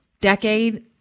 decade